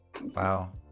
wow